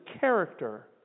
character